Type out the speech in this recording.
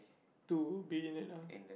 to be in it ah